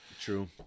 True